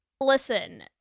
Listen